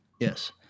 Yes